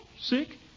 Sick